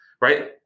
right